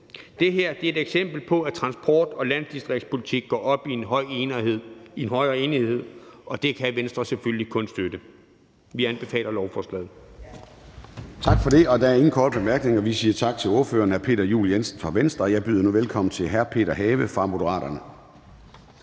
Det her er et eksempel på, at transport- og landdistriktspolitik går op i en højere enhed, og det kan Venstre selvfølgelig kun støtte. Vi anbefaler lovforslaget.